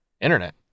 internet